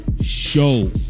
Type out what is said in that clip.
show